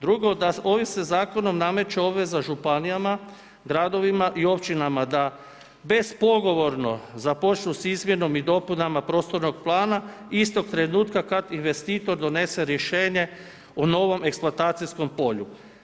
Drugo, ovim se Zakonom nameće obveza županijama, gradovima i općinama da bez pogovorno započnu s izmjenom i dopunama prostornog plana istog trenutka kad investitor donese rješenje o novom eksploatacijskom polju.